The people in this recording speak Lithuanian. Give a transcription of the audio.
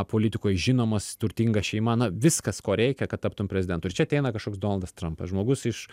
politikoj žinomas turtinga šeima na viskas ko reikia kad taptum prezidentu ir čia ateina kažkoks donaldas trampas žmogus iš